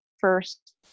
first